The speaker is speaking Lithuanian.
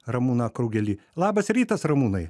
ramūną krugelį labas rytas ramūnai